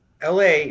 LA